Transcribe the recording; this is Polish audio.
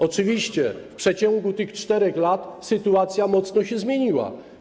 Oczywiście w ciągu tych 4 lat sytuacja mocno się zmieniła.